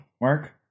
mark